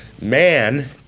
man